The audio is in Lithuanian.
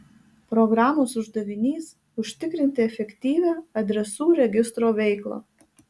programos uždavinys užtikrinti efektyvią adresų registro veiklą